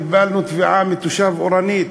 קיבלנו תביעה מתושב אורנית.